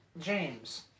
James